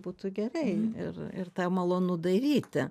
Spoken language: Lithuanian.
būtų gerai ir ir tą malonu daryti